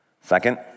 Second